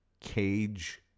cage